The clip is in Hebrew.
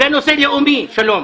זה נושא לאומי, השלום.